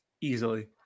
Easily